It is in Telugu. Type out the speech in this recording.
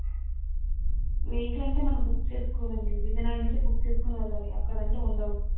వెహికల్ అంటే మనం బుక్ చేసుకోవాలండి విజయనగరం నుంచి బుక్ చేసుకుని వెళ్ళాలి అక్కడ అంటే ఉండవు